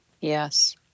Yes